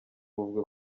buvuga